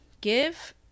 Give